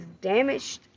damaged